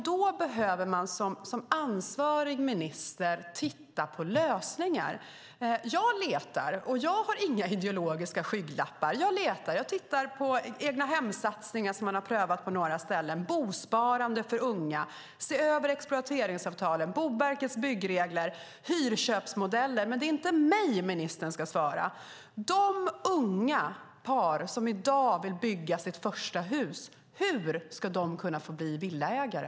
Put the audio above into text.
Då behöver man som ansvarig minister titta på lösningar. Jag letar och har inga ideologiska skygglappar. Jag tittar på egnahemssatsningar som man har prövat på några ställen, bosparande för unga, att se över exploateringsavtalen, Boverkets byggregler, hyrköpsmodellen. Men det är inte mig som ministern ska svara. De unga par som i dag vill bygga sitt första hus, hur ska de kunna bli villaägare?